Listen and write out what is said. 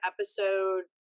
episode